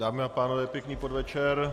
Dámy a pánové, pěkný podvečer.